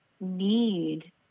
need